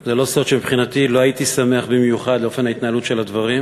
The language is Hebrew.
זה לא סוד שמבחינתי לא הייתי שמח במיוחד על אופן ההתנהלות של הדברים.